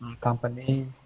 company